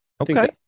Okay